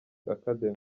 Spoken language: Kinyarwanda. academy